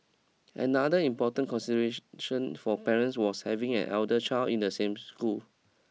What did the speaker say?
another important consideration for parents was having an elder child in the same school